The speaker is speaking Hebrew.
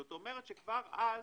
זאת אומרת, כבר אז